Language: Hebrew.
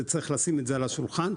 צריך לשים את זה על השולחן.